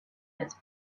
its